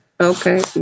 Okay